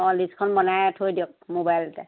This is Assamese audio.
অঁ লিষ্টখন বনাই থৈ দিয়ক ম'বাইলতে